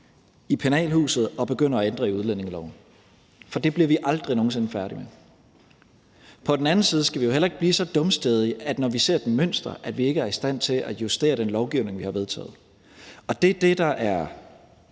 i penalhuset og begynder at ændre i udlændingeloven. For så bliver vi aldrig nogen sinde færdige. På den anden side skal vi jo heller ikke blive så dumstædige, at vi ikke, når vi ser et mønster, er i stand til at justere den lovgivning, vi har vedtaget. Og det er det, der er